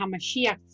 HaMashiach